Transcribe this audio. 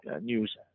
news